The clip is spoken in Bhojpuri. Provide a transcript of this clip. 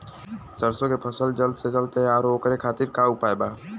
सरसो के फसल जल्द से जल्द तैयार हो ओकरे खातीर का उपाय बा?